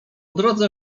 drodze